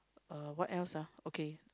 uh what else ah okay